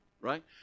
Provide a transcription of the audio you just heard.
Right